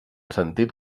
sentit